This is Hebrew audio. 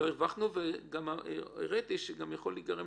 לא הרווחנו והראיתי שגם יכול להיגרם